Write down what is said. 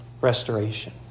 restoration